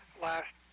last